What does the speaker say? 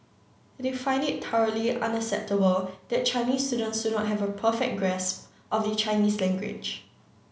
they find it thoroughly unacceptable that Chinese students do not have a perfect grasp of the Chinese language